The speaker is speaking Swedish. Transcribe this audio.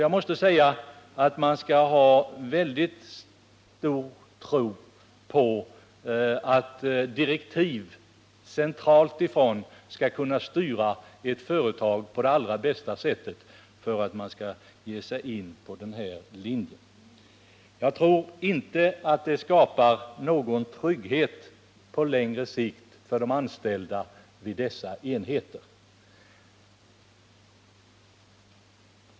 Man måste ha en väldigt stor tro på att centrala direktiv skall kunna styra ett företag på allra bästa sätt för att man skall ge sig in på den här linjen. Jag tror inte att det skapar någon trygghet på längre sikt för de anställda vid dessa enheter.